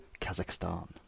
Kazakhstan